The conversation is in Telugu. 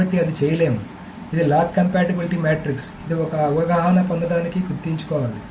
కాబట్టి అది చేయలేము ఇది లాక్ కంపాటిబిలిటీ మాట్రిక్స్ ఇది ఒక అవగాహన పొందడానికి గుర్తుంచుకోవాలి